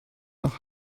nach